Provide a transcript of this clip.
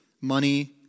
money